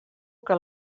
que